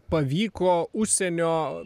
pavyko užsienio